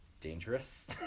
dangerous